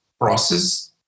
process